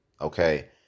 okay